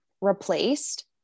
replaced